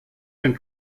den